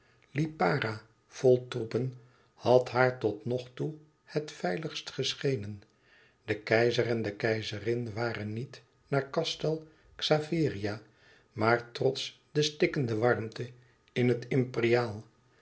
lipara vol troepen had haar totnogtoe het veiligst geschenen de keizer en de keizerin waren niet naar castel xaveria maar trots de stikkende warmte in het